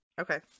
Okay